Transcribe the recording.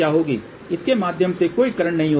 इसके माध्यम से कोई करंट नहीं होगा